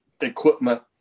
equipment